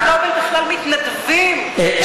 הם בכלל מתנדבים, הם עושים לנו טובה.